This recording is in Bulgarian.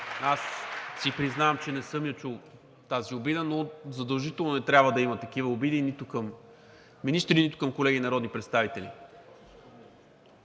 Гочев. Признавам си, че не съм я чул тази обида, но задължително не трябва да има такива обиди нито към министри, нито към колеги народни представители.